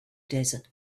desert